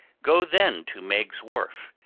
go then to meiggs' wharf,